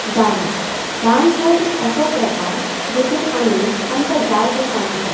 dance dance हो एक असो प्रकार जातूंतल्यान आमी आमकां जाय तें सांगू शकता